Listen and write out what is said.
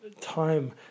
time